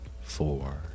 four